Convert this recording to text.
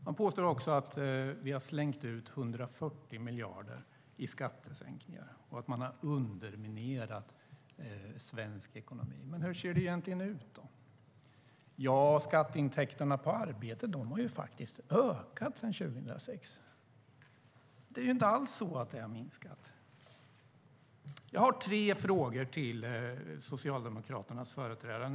De påstår också att vi har slängt ut 140 miljarder i skattesänkningar och underminerat svensk ekonomi. Men hur ser det egentligen ut? Skatteintäkterna på arbete har ökat sedan 2006. De har inte alls minskat. Jag har tre frågor till Socialdemokraternas företrädare.